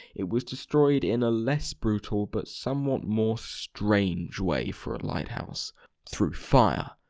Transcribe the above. it was destroyed in a less brutal, but somewhat more strange way for a lighthouse through fire.